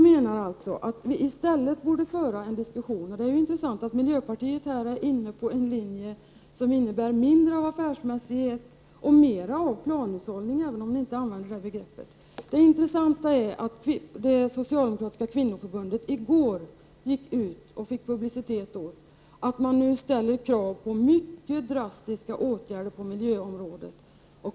Det är intressant att miljöpartiet här är inne på en linje som innebär mindre av affärsmässighet och mer av planhushållning, även om man inte använder det begreppet. Intressant är också att det socialdemokratiska kvinnoförbundet i går gick ut med och fick publicitet om ett krav på mycket drastiska åtgärder på miljöområdet.